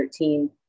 13